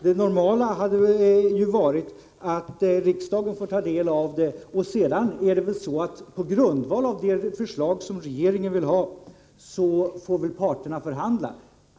Det normala hade väl varit att riksdagen först fått ta del av förslaget. På grundval 129 av det förslag som regeringen framlägger får väl parterna förhandla.